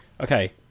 okay